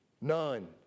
None